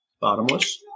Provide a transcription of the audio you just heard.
Bottomless